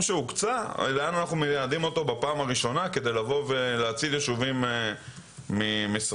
שהוקצה בפעם הראשונה כדי להציל יישובים משריפה.